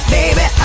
baby